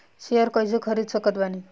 Share कइसे खरीद सकत बानी?